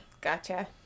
Gotcha